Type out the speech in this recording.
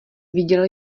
viděl